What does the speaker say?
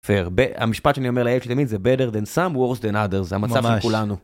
פייר, המשפט שאני אומר לילד שלי תמיד זה Better than some, worse than others, זה המצב של כולנו.